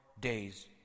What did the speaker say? days